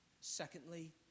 Secondly